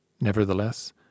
Nevertheless